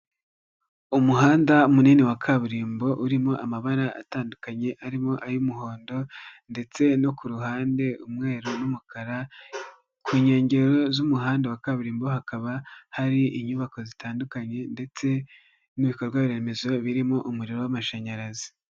Umuhanda munini wa kaburimbo, urimo amabara atandukanye, arimo ay'umuhondo ndetse no ku ruhande umweru n'umukara, ku nkengero z'umuhanda wa kaburimbo hakaba hari inyubako zitandukanye ndetse n'ibikorwaremezo birimo umuriro w'amashanyarazi.